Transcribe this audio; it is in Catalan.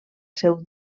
seu